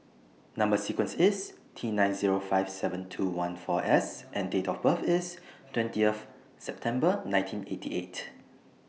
Number sequence IS T nine Zero five seven two one four S and Date of birth IS twentieth September nineteen eighty eight